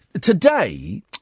Today